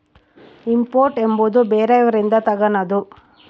import ಎಂಬುವುದು ಬೇರೆಯವರಿಂದ ತಗನದು